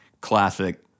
classic